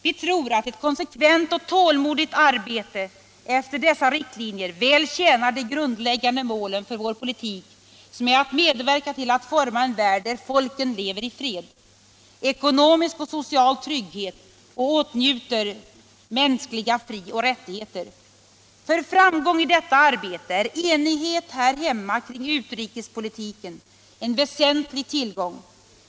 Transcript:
Vi tror att ett konsekvent och tålmodigt arbete efter dessa riktlinjer väl tjänar de grundläggande målen för vår politik som är att medverka till att forma en värld där folken lever i fred, har ekonomisk och social trygghet och åtnjuter mänskliga frioch rättigheter. För framgång i detta arbete är enighet här hemma kring utrikespolitiken en väsentlig tillgång.